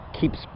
keeps